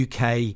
UK